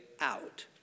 out